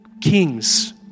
kings